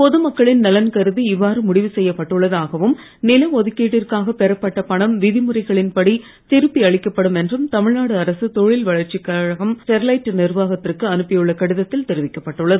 பொதுமக்களின் நலன் கருதி இவ்வாறு முடிவு செய்யப் பட்டுள்ளதாகவும் நில ஒதுக்கீட்டிற்காக பெறப்பட்ட பணம் விதிமுறைகளின்படி திருப்பி அளிக்கப்படும் என்றும் தமிழ்நாடு அரசு தொழில் வளர்ச்சிக் கழகம் ஸ்டெர்லைட் நிர்வாகத்திற்கு அனுப்பியுள்ள கடிதத்தில் தெரிவிக்கப்பட்டுள்ளது